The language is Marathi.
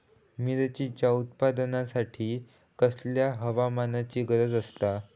मिरचीच्या उत्पादनासाठी कसल्या हवामानाची गरज आसता?